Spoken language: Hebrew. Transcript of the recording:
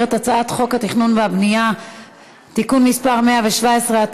את הצעת חוק התכנון והבנייה (תיקון מס' 117),